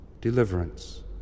Deliverance